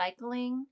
recycling